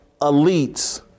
elites